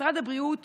משרד הבריאות